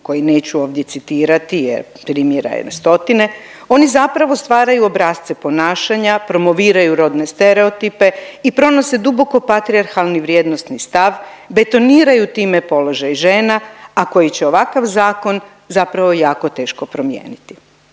koji neću ovdje citirati jer, primjera je na stotine, oni zapravo stvaraju obrasce ponašanja, promoviraju rodne stereotipe i pronose dubokopatrijarhalni vrijednosni stav, betoniraju time položaj žena, a koji će ovakav zakon zapravo jako teško promijeniti.